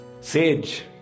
sage